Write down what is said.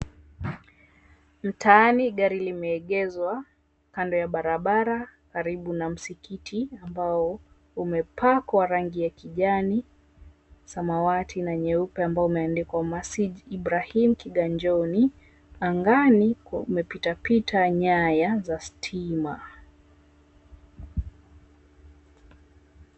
Mtaani gari limeegezwa kando ya barabara karibu na msikiti ambao umepakwa rangi ya kijani, samawati, na nyeupe ambao umeandikwa, Masjid Ibrahim Kiganjoni. Angani kumepitapita nyaya za stima.